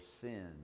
sin